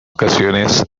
ocasiones